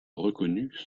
reconnues